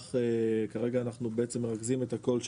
כרגע אנחנו מרכזים את הכול,